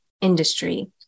industry